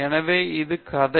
எனவே இது கதை